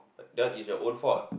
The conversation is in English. that one is your own fault